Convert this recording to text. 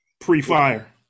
Pre-fire